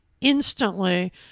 instantly